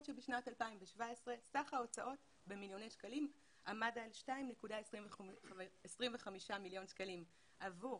שבשנת 2017 סך ההוצאות במיליוני שקלים עמד על 2.25 מיליון שקלים עבור